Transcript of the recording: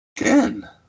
Again